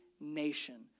nation